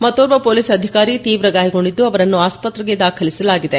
ಮತ್ತೋರ್ವ ಪೊಲೀಸ್ ಅಧಿಕಾರಿ ತೀವ್ರ ಗಾಯಗೊಂಡಿದ್ದು ಅವರನ್ನು ಅಸ್ಪತ್ರೆಗೆ ದಾಖಲಿಸಲಾಗಿದೆ